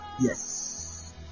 Yes